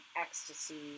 ecstasy